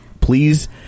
please